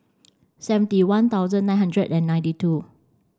seventy one thousand nine hundred and ninety two